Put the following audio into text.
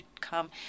come